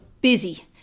busy